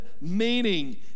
meaning